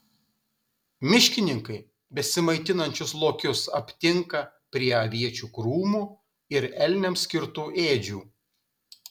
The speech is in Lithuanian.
miškininkai besimaitinančius lokius aptinka prie aviečių krūmų ir elniams skirtų ėdžių